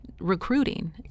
recruiting